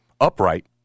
upright